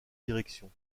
directions